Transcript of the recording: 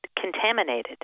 contaminated